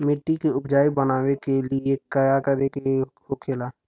मिट्टी के उपजाऊ बनाने के लिए का करके होखेला?